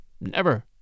Never